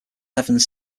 evans